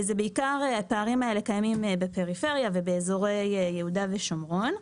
הפערים האלה קיימים בעיקר בפריפריה ובאזורי יהודה ושומרון.